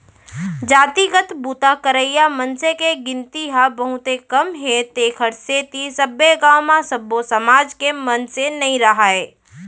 जातिगत बूता करइया मनसे के गिनती ह बहुते कम हे तेखर सेती सब्बे गाँव म सब्बो समाज के मनसे नइ राहय